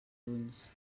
ulls